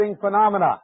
phenomena